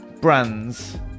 brands